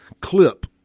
clip